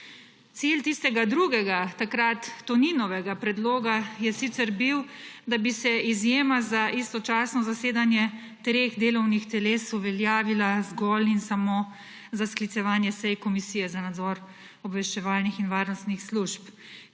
Cilj tistega drugega, takrat Toninovega, predloga je sicer bil, da bi se izjema za istočasno zasedanje treh delovnih teles uveljavila zgolj in samo za sklicevanje sej Komisije za nadzor obveščevalnih in varnostnih služb,